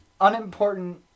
unimportant